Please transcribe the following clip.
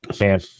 man